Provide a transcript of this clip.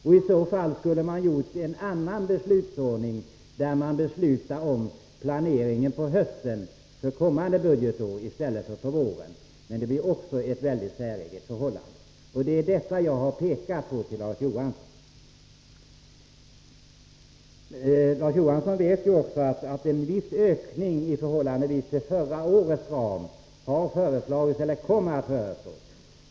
I annat fall skulle beslutsordningen varit en annan, där man beslutar om planeringen för kommande budgetår på hösten i stället för på våren. Men det skulle också bli mycket säreget. Det är detta jag har pekat på för Larz Johansson. Larz Johansson vet också att en viss ökning i förhållande till förra årets ram kommer att föreslås.